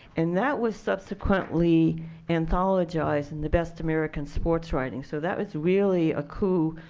and that was subsequently anthologized in the best american sports writing, so that was really a coup.